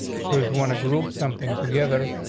so if you want a group something together,